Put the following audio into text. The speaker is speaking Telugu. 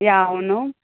యా అవును